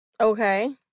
Okay